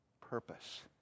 purpose